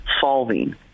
solving